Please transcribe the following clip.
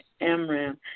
Amram